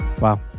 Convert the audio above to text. wow